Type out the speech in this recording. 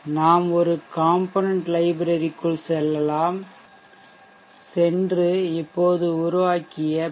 நாம் ஒரு component library க்குள் செல்லலாம் இங்கே தான் component களை வைத்துள்ளேன் சென்று இப்போது உருவாக்கிய பி